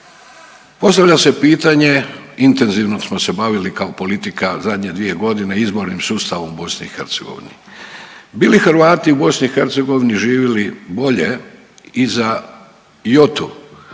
postavlja se pitanje, intenzivno smo se bavili kao politika zadnje 2.g. izbornim sustavom u BiH, bi li Hrvati u BiH živjeli bolje i za jotu